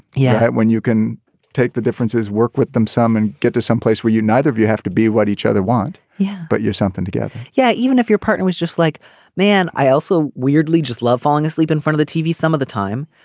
yeah when you can take the differences work with them some and get to someplace where you neither of you have to be what each other want yeah but you're something together yeah even if your partner was just like man i also weirdly just love falling asleep in front of the tv some of the time.